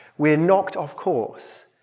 we are knocked off course.